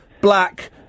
black